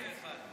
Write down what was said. ממש לא אחד לאחד.